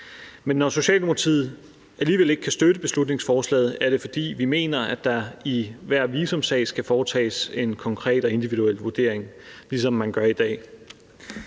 Men når Socialdemokratiet alligevel ikke kan støtte beslutningsforslaget, er det, fordi vi mener, at der i hver visumsag skal foretages en konkret og individuel vurdering, ligesom man gør i dag.